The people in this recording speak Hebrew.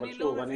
אבל שוב,